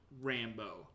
Rambo